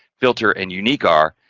filter and unique are,